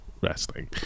wrestling